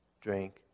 drink